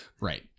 Right